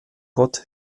gott